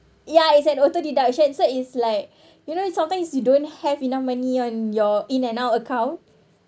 ya it's an auto deduction so it's like you know sometimes you don't have enough money on your in and out account